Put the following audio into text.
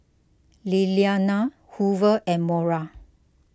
Lilianna Hoover and Mora